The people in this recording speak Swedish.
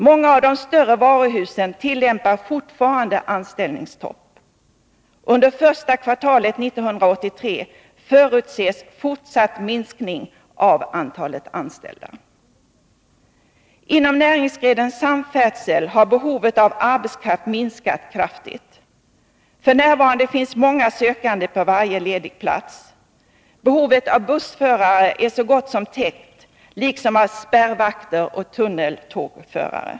Många av de större varuhusen tillämpar fortfarande anställningsstopp. Under första kvartalet 1983 förutses fortsatt minskning av antalet anställda. Inom näringsgrenen samfärdsel har behovet av arbetskraft minskat kraftigt. F.n. finns många sökande på varje ledig plats. Behovet av bussförare är så gott som täckt, liksom behovet av spärrvakter och tunneltågförare.